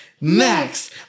Max